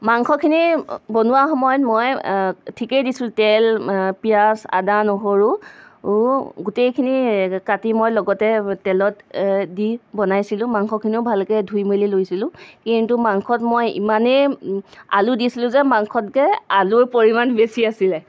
মাংসখিনি বনোৱাৰ সময়ত মই ঠিকেই দিছিলোঁ তেল পিঁয়াজ আদা নহৰু গোটেইখিনি কাটি মই লগতে তেলত দি বনাইছিলোঁ মাংসখিনিও ভালকৈ ধুই মেলি লৈছিলোঁ কিন্তু মাংসত মই ইমানেই আলু দিছিলোঁ যে মাংসতকৈ আলুৰ পৰিমাণ বেছি আছিলে